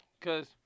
Cause